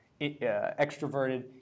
extroverted